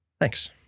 Thanks